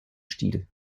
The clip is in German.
stil